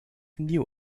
new